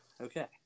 Okay